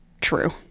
true